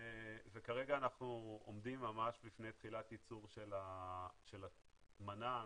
וכרגע אנחנו עומדים ממש בפני תחילת יצור של המנה הנוספת,